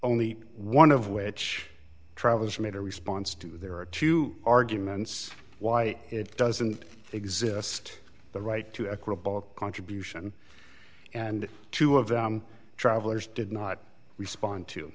only one of which travis made a response to there are two arguments why it doesn't exist the right to equitable contribution and two of them travelers did not respond to